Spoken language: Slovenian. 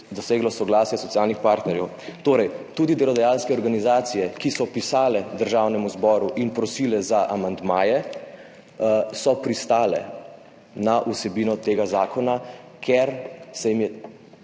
doseglo soglasje socialnih partnerjev. Torej, tudi delodajalske organizacije, ki so pisale Državnemu zboru in prosile za amandmaje, so pristale na vsebino tega zakona, ker se jim